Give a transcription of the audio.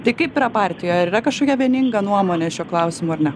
tai kaip yra partijoj ar yra kažkokia vieninga nuomonė šiuo klausimu ar ne